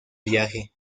viaje